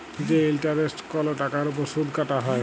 যে ইলটারেস্ট কল টাকার উপর সুদ কাটা হ্যয়